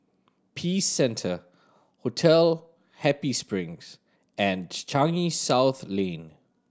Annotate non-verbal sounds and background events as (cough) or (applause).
Peace Centre Hotel Happy Spring (unintelligible) and Changi South Lane